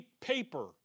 paper